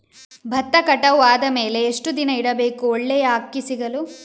ಭತ್ತ ಕಟಾವು ಆದಮೇಲೆ ಎಷ್ಟು ದಿನ ಇಡಬೇಕು ಒಳ್ಳೆಯ ಅಕ್ಕಿ ಸಿಗಲು?